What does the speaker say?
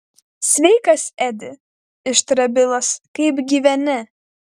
sveikas edi ištarė bilas kaip gyveni